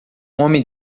homem